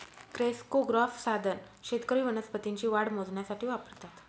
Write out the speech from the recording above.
crescograph साधन शेतकरी वनस्पतींची वाढ मोजण्यासाठी वापरतात